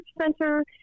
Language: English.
center